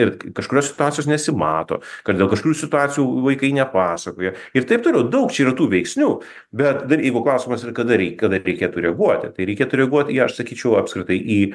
ir kažkurios situacijos nesimato kad dėl kažkurių situacijų vaikai nepasakoja ir taip toliau daug čia yra tų veiksnių bet dar jeigu klausimas yra kada kada reikėtų reaguoti tai reikėtų reaguot į aš sakyčiau apskritai į